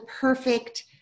perfect